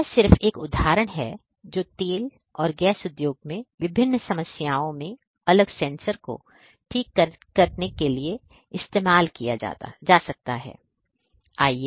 तो यह सिर्फ एक उदाहरण है जो तेल और गैस उद्योग में विभिन्न समस्याएं में अलग सेंसर को ठीक करने के लिए इस्तेमाल किया जा सकता है